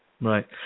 Right